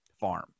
farm